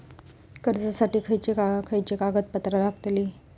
कर्जासाठी खयचे खयचे कागदपत्रा लागतली?